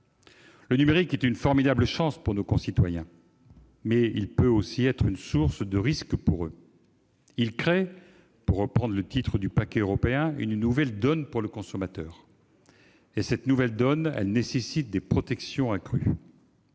Le numérique est une formidable chance pour nos concitoyens, mais il peut aussi être une source de risques pour eux. Pour reprendre le titre du paquet européen, il crée une « nouvelle donne pour le consommateur », laquelle nécessite des protections accrues.